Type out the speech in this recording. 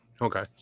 okay